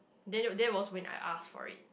then that was when I ask for it